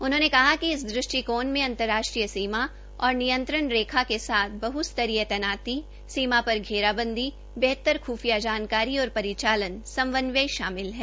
उन्होंने कहा कि इस दृष्टिकोण में अंतर्राष्ट्रीय सीमा और निंयत्रण रेखा के साथ बहस्तरीय तैनाती सीमा पर घेराबंदी बेहतर ख्फिया जानकारी और परिचालन समन्वय शामिल है